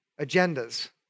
agendas